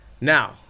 now